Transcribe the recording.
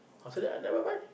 after that I never mind